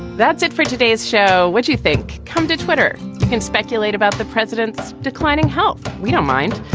that's it for today's show. what do you think? come to twitter and speculate about the president's declining health. we don't mind.